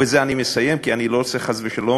בזה אני מסיים, כי אני לא רוצה, חס ושלום,